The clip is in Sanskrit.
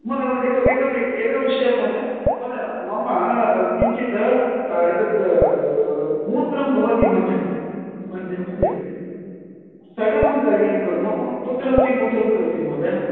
महोदय महोदय इतोपि एकविषयं महोदय महोदय मम किञ्चित् एतत् मूत्रं भवति मध्यं मध्ये मध्ये स्थगनं करणीयं खलु मम पुत्रः अपि मूत्रं करोति महोदय